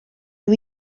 nhw